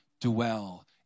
dwell